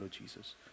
Jesus